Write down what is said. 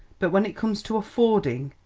but when it comes to affording,